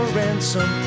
ransom